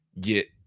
get